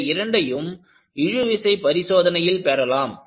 இவை இரண்டையும் இழுவிசை பரிசோதனையில் பெறலாம்